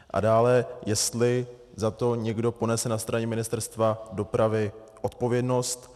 A dále, jestli za to někdo ponese na straně Ministerstva dopravy odpovědnost.